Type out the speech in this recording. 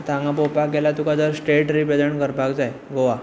आता हांगा पळोवपाक गेल्यार तुका जर स्टेट रिप्रेसेंट करपाक जाय गोवा